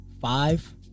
Five